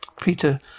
Peter